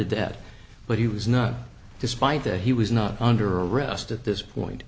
that but he was not despite that he was not under arrest at this point